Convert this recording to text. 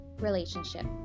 relationship